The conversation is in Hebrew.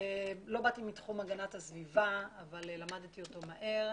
ולא באתי מתחום הגנת הסביבה אבל למדתי אותו מהר.